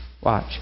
watch